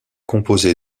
composé